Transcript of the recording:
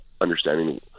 understanding